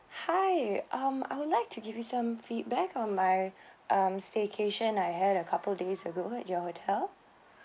hi um I would like to give you some feedback on my um staycation I had a couple days ago at your hotel